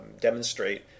demonstrate